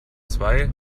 zwei